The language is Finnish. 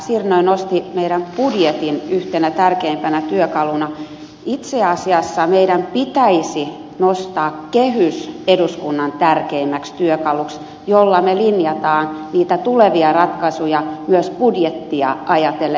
sirnö nosti esille meidän budjetin yhtenä tärkeimpänä työkaluna että itse asiassa meidän pitäisi nostaa kehys eduskunnan tärkeimmäksi työkaluksi jolla me linjaamme niitä tulevia ratkaisuja myös budjettia ajatellen